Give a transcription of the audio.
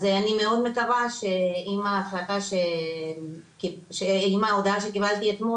אז אני מאוד מקווה שעם ההודעה שקיבלתי אתמול,